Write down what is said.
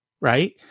right